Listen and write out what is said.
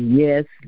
yes